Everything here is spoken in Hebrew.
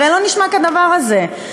הרי לא נשמע כדבר הזה.